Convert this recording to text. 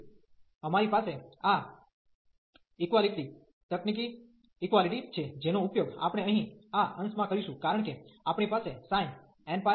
તેથી અમારી પાસે આ ઇક્વાલીટી તકનીકી ઇક્વાલીટી છે જેનો ઉપયોગ આપણે અહીં આ અંશમાં કરીશું કારણ કે આપણી પાસે sin nπ y છે